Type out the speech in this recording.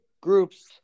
groups